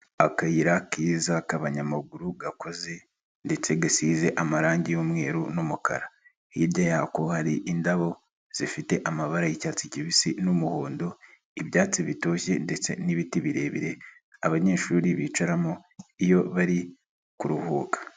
Akayira keza k'abanyamaguru gakoze ,ndetse gasize amarangi y'umweru n'umukara .Hirya yako hari indabo zifite amabara y'icyatsi kibisi n'umuhondo ,ibyatsi bitoshye ndetse n'ibiti birebire, abanyeshuri bicaramo iyo bari kuruhuka.